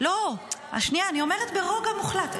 לא, שנייה, אני אומרת ברוגע מוחלט.